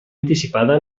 anticipada